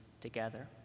together